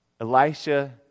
Elisha